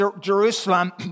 Jerusalem